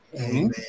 Amen